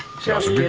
just